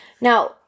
Now